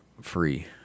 free